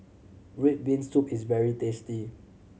red bean soup is very tasty